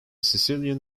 sicilian